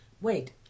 wait